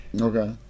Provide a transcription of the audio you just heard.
Okay